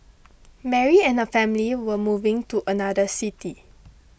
Mary and her family were moving to another city